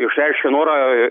išreiškė norą